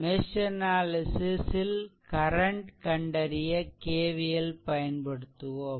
mesh analysis ல் current கண்டறிய KVL பயன்படுத்துவோம்